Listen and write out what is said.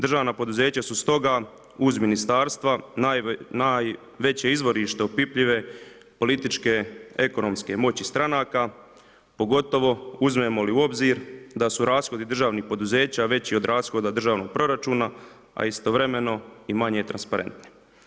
Državna poduzeća su stoga, uz ministarstva najveći izvorište opipljive političke ekonomske moći stranaka, pogotovo uzmemo li u obzir da su rashodi državnih poduzeća veći od rashoda državnog proračuna, a istovremeno i manje transparentni.